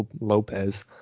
Lopez